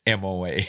MOA